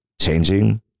changing